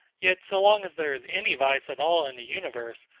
yet so long as there is any vice at all in the universe,